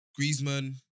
Griezmann